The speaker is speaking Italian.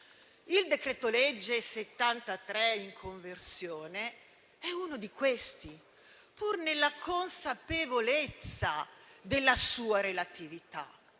Il decreto-legge n. 73, in conversione, è uno di questi, pur nella consapevolezza della sua relatività.